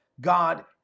God